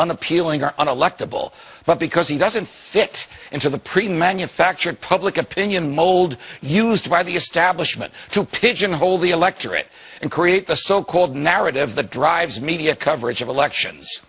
an appealing or unelectable but because he doesn't fit into the pre manufactured public opinion mold used by the establishment to pigeon hole the electorate and create the so called narrative that drives media coverage of elections